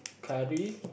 curry